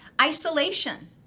isolation